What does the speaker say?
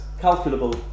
calculable